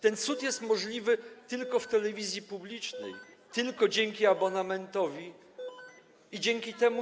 Ten cud jest możliwy tylko w telewizji publicznej, tylko dzięki abonamentowi i dzięki temu.